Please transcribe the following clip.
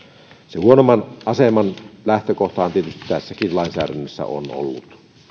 se huonomman aseman lähtökohtahan tietysti tässäkin lainsäädännössä on ollut